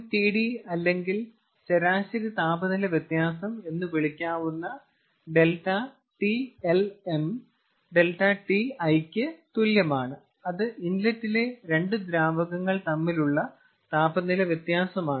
LMTD അല്ലെങ്കിൽ ശരാശരി താപനില വ്യത്യാസം എന്ന് വിളിക്കാവുന്ന ∆TLm ∆Ti ക്ക് തുല്യമാണ് അത് ഇൻലെറ്റിലെ 2 ദ്രാവകങ്ങൾ തമ്മിലുള്ള താപനില വ്യത്യാസമാണ്